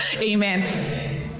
Amen